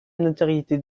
notoriété